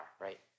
right